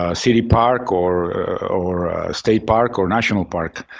ah city park or state park or national park,